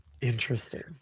Interesting